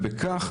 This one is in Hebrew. בכך,